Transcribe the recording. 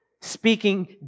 speaking